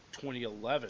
2011